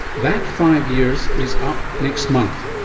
that five years is up next month.